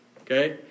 okay